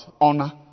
honor